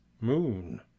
Moon